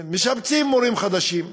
ומשבצים מורים חדשים,